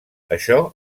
això